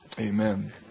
Amen